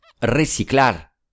Reciclar